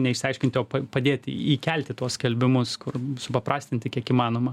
neišsiaiškinti o padėti įkelti tuos skelbimus kur supaprastinti kiek įmanoma